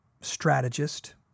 strategist